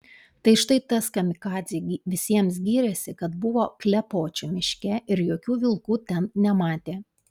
tai štai tas kamikadzė visiems gyrėsi kad buvo klepočių miške ir jokių vilkų ten nematė